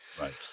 right